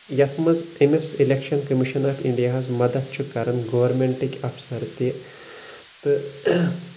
یتھ منٛز أمِس الٮ۪کشن کٔمیِشن آف انڈیا ہس مدد چُھ کران گورمِیٚنٹٕکۍ افسر تہِ تہٕ